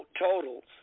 totals